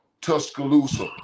Tuscaloosa